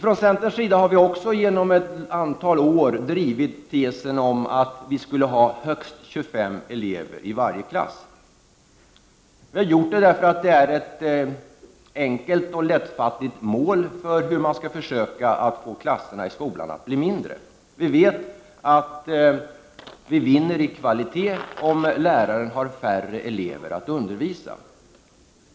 Vi i centern har också under ett antal år drivit tesen att det skall vara högst 25 elever i varje klass. Vi tycker att det är ett enkelt och, skulle jag vilja säga, lättfattligt mål när det gäller att försöka få mindre skolklasser. Kvaliteten blir ju bättre om läraren har färre elever att undervisa.